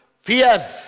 fear